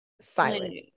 silent